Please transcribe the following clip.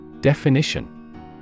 Definition